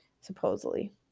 supposedly